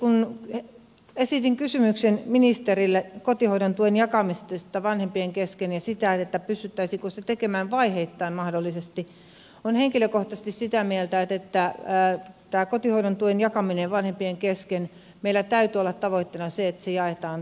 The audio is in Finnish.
kun esitin kysymyksen ministerille kotihoidon tuen jakamisesta vanhempien kesken ja siitä pystyttäisiinkö se tekemään mahdollisesti vaiheittain niin olen henkilökohtaisesti sitä mieltä että tässä kotihoidon tuen jakamisessa vanhempien kesken meillä täytyy olla tavoitteena se että se jaetaan tasan